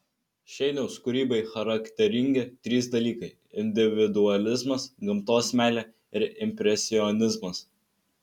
šeiniaus kūrybai charakteringi trys dalykai individualizmas gamtos meilė ir impresionizmas